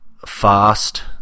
fast